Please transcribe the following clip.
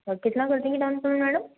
कितना कर देंगी डाउन पेमेंट मैडम